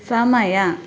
ಸಮಯ